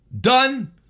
done